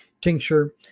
tincture